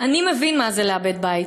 "אני מבין מה זה לאבד בית",